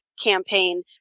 campaign